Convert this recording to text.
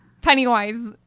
Pennywise